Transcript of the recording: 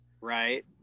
right